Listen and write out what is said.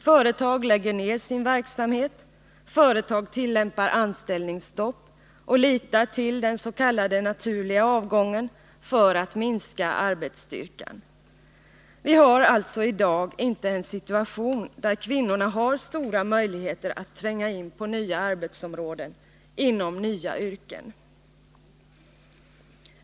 Företag lägger ned sin verksamhet eller tillämpar anställningsstopp och litar till den s.k. ”naturliga avgången” för att minska arbetsstyrkan. Vi har alltså i dag inte en situation där kvinnorna har stora möjligheter att tränga in på nya arbetsområden, inom nya yrken.